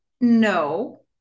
no